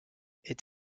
est